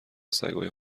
سگای